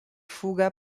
fuga